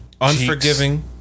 Unforgiving